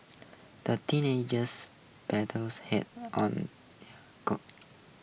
the teenagers paddles hard on goat